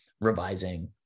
revising